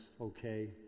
okay